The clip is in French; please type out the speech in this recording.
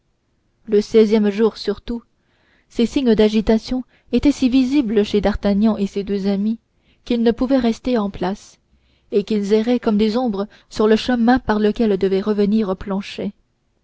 le seizième jour surtout ces signes d'agitation étaient si visibles chez d'artagnan et ses deux amis qu'ils ne pouvaient rester en place et qu'ils erraient comme des ombres sur le chemin par lequel devait revenir planchet